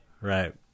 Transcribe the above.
Right